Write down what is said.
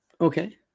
okay